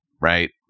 right